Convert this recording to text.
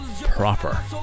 proper